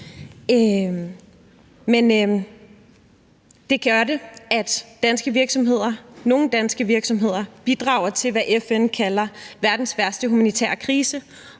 det gør det, at nogle danske virksomheder bidrager til, hvad FN kalder verdens værste humanitære krise,